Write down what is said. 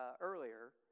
earlier